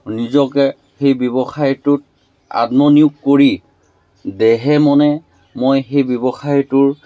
নিজকে সেই ব্যৱসায়টোত আত্মনিয়োগ কৰি দেহে মনে মই সেই ব্যৱসায়টোৰ